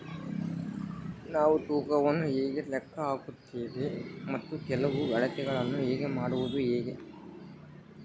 ನಾವು ತೂಕವನ್ನು ಹೇಗೆ ಲೆಕ್ಕ ಹಾಕುತ್ತೇವೆ ಮತ್ತು ಕೆಲವು ಅಳತೆಗಳನ್ನು ಮಾಡುವುದು ಹೇಗೆ?